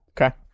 Okay